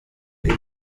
ibyo